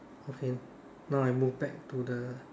okay now I move back to the